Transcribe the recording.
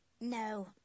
No